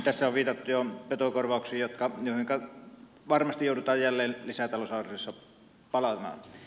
tässä on viitattu jo petokorvauksiin joihinka varmasti joudutaan jälleen lisätalousarviossa palaamaan